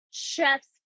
chef's